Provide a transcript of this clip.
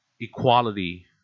equality